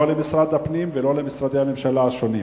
לא למשרד הפנים ולא למשרדי הממשלה השונים.